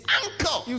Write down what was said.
uncle